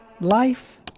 life